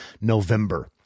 November